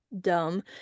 dumb